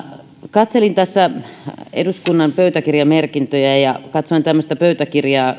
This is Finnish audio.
katselin tässä eduskunnan pöytäkirjamerkintöjä ja katsoin tämmöistä pöytäkirjaa